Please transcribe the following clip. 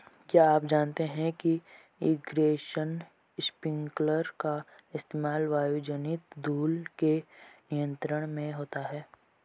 क्या आप जानते है इरीगेशन स्पिंकलर का इस्तेमाल वायुजनित धूल के नियंत्रण में होता है?